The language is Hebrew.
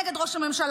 נגד ראש הממשלה,